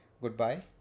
goodbye